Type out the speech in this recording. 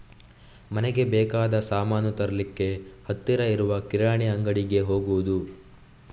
ಮನೆಗೆ ಬೇಕಾದ ಸಾಮಾನು ತರ್ಲಿಕ್ಕೆ ಹತ್ತಿರ ಇರುವ ಕಿರಾಣಿ ಅಂಗಡಿಗೆ ಹೋಗುದು